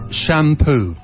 shampoo